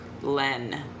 Len